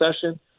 session